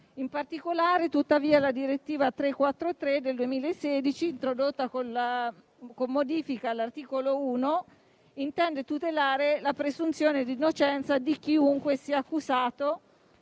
In particolare, tuttavia, la direttiva n. 343 del 2016, introdotta con la modifica all'articolo 1, intende tutelare la presunzione di innocenza di chiunque sia accusato